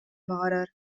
баҕарар